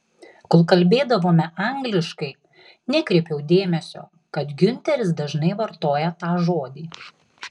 kol kalbėdavome angliškai nekreipiau dėmesio kad giunteris dažnai vartoja tą žodį